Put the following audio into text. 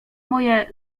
moje